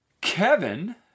Kevin